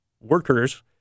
workers